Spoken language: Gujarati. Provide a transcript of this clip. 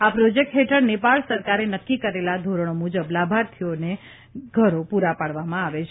આ પ્રોજેક્ટ હેઠળ નેપાળ સરકારે નક્કી કરેલા ધોરણો મુજબ લાભાર્થીઓને ઘરો પૂરાં પાડવામાં આવે છે